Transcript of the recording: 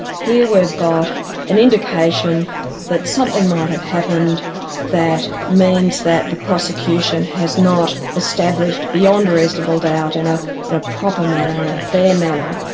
here we've got an indication that something might have happened that means that the prosecution has not established beyond a reasonable doubt in ah in a proper manner, in a fair manner,